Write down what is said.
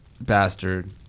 bastard